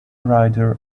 rider